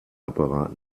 apparat